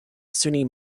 sunni